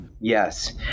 Yes